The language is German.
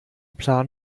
plan